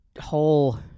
whole